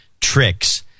tricks